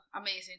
amazing